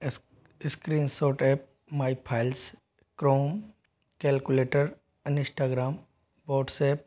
S screenshot app my files Chrome calculator अनइस्टाग्राम WhatsApp